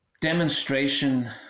demonstration